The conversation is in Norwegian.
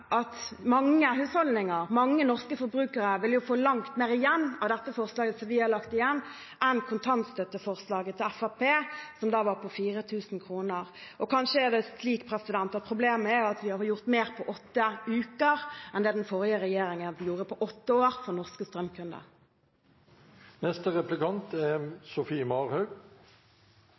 forslaget som vi har lagt fram, enn kontantstøtteforslaget til Fremskrittspartiet, som var på 4 000 kr. Kanskje er det slik at problemet er at vi gjorde mer på åtte uker enn det den forrige regjeringen gjorde på åtte år for norske strømkunder. Jeg også skal spørre om rushtidsavgiften, som Rødt har snakket ganske mye om hele denne høsten – at den nye nettleien er